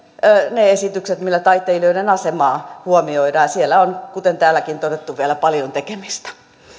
ne esitykset millä taiteilijoiden asemaa huomioidaan ja siellä on kuten täälläkin on todettu vielä paljon tekemistä